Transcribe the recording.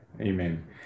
Amen